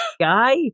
guy